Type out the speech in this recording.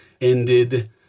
ended